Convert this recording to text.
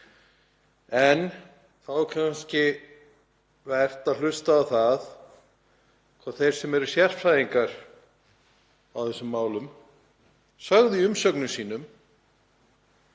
Þá er kannski vert að hlusta á það sem þeir sem eru sérfræðingar í þessum málum sögðu í umsögnum sínum